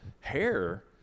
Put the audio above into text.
hair